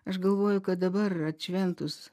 aš galvoju kad dabar atšventus